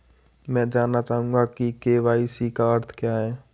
मैं जानना चाहूंगा कि के.वाई.सी का अर्थ क्या है?